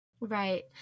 Right